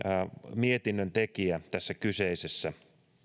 mietinnön tekijä tässä kyseisessä